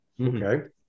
Okay